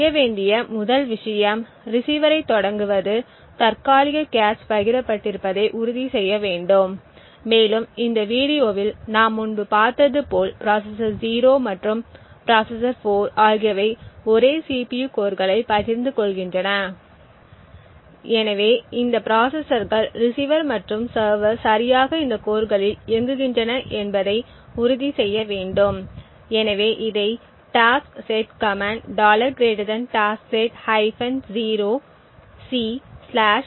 செய்ய வேண்டிய முதல் விஷயம் ரிசீவரைத் தொடங்குவது தற்காலிக கேச் பகிரப்பட்டிருப்பதை உறுதி செய்ய வேண்டும் மேலும் இந்த வீடியோவில் நாம் முன்பு பார்த்தது போல் ப்ராசசர் 0 மற்றும் ப்ராசசர் 4 ஆகியவை ஒரே CPU கோர்களை பகிர்ந்துகொள்கின்றன எனவே இந்த ப்ராசசர்கள் ரிசீவர் மற்றும் சர்வர் சரியாக இந்த கோர்களில் இயங்குகின்றன என்பது உறுதி செய்ய வேண்டும் எனவே இதை டாஸ்கெட் கமெண்ட் taskset c 0